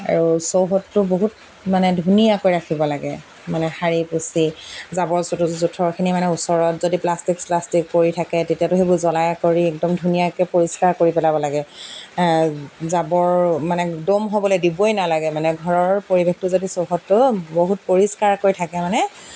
আৰু চৌহদটো বহুত মানে ধুনীয়াকৈ ৰাখিব লাগে মানে সাৰী পুচি জাবৰ জোঁথৰখিনি মানে ওচৰত যদি প্লাষ্টিক স্লাষ্টিক পৰি থাকে তেতিয়াতো সেইবোৰ জ্বলাই কৰি একদম ধুনীয়াকে পৰিষ্কাৰ কৰি পেলাব লাগে জাবৰ মানে দম হ'বলে দিবই নালাগে মানে ঘৰৰ পৰিৱেশটো যদি চৌহতটো বহুত পৰিষ্কাৰকৈ থাকে মানে